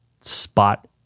spot